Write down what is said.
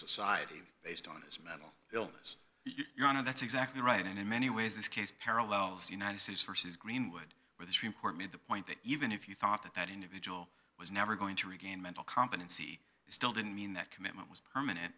society based on his mental illness you know that's exactly right and in many ways this case parallels united states versus greenwood with this report made the point that even if you thought that that individual was never going to regain mental competency he still didn't mean that commitment was permanent